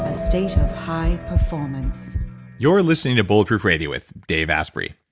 ah state of high performance you're listening to bulletproof radio with dave asprey.